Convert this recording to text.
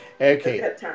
Okay